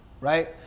right